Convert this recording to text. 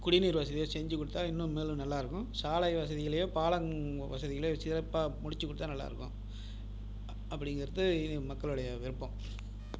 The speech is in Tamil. குடிநீர் வசதியோ செஞ்சு கொடுத்தால் இன்னும் மேலும் நல்லா இருக்கும் சாலை வசதிகளையோ பாலம் வசதிகளையோ சிறப்பாக முடிச்சு கொடுத்தால் நல்லா இருக்கும் அப்படிங்கிறது மக்களுடைய விருப்பம்